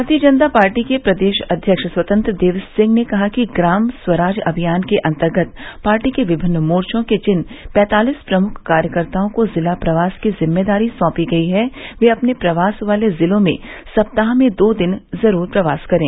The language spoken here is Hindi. भारतीय जनता पार्टी के प्रदेश अध्यक्ष स्वतंत्र देव सिंह ने कहा है कि ग्राम स्वराज अभियान के अन्तर्गत पार्टी के विभिन्न मोर्चो के जिन पैंतालीस प्रमुख कार्यकर्ताओं को जिला प्रवास की जिम्मेदारी सौंपी गई है वे अपने प्रवास वाले जिलों में सप्ताह में दो दिन जरूर प्रवास करे